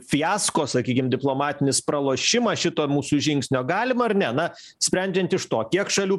fiasko sakykim diplomatinis pralošimas šito mūsų žingsnio galima ar ne na sprendžiant iš to kiek šalių